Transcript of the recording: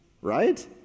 right